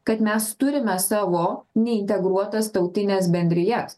kad mes turime savo neintegruotas tautines bendrijas